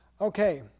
Okay